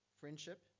friendship